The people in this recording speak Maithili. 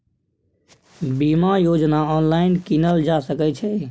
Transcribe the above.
बीमा योजना ऑनलाइन कीनल जा सकै छै?